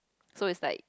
so is like